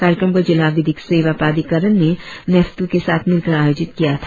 कार्यक्रम को जिला विधिक सेवा प्राधिकरण ने नेफतु के साथ मिलकर आयोजित किया था